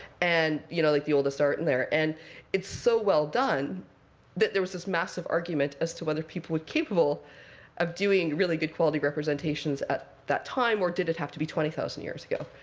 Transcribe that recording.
and you know like the oldest art in there. and it's so well done that there was this massive argument as to whether people were capable of doing really good quality representations at that time, or did it have to be twenty thousand years ago.